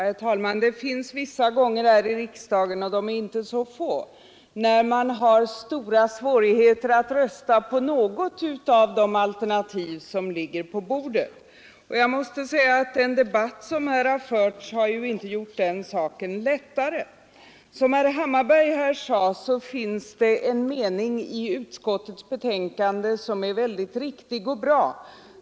Herr talman! Det finns vissa tillfällen här i riksdagen när man har stora svårigheter att rösta på något av de alternativ som ligger på bordet. Jag måste säga att den debatt som förts här inte har gjort saken lättare. Såsom herr Hammarberg sade finns det en mening i utskottsbetänkandet som är mycket riktig och bra.